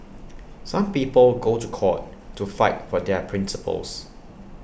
some people go to court to fight for their principles